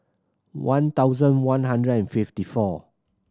one thousand one hundred and fifty four